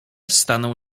staną